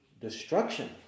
destruction